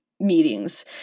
meetings